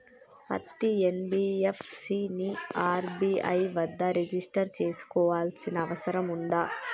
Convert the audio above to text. పత్తి ఎన్.బి.ఎఫ్.సి ని ఆర్.బి.ఐ వద్ద రిజిష్టర్ చేసుకోవాల్సిన అవసరం ఉందా?